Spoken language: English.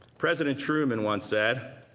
president truman once said,